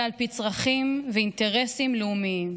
אלא על פי צרכים ואינטרסים לאומיים.